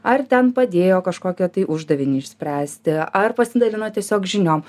ar ten padėjo kažkokią tai uždavinį išspręsti ar pasidalino tiesiog žiniom